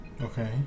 Okay